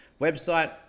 website